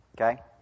Okay